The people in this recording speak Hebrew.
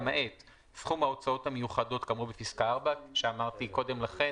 למעט סכום ההוצאות המיוחדות כאמור בפסקה (4) כפי שאמרתי קודם לכן,